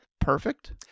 perfect